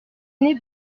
n’est